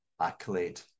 accolade